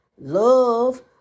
love